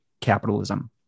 capitalism